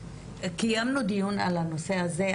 קיימנו דיון על הנושא הזה,